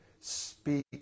speak